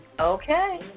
Okay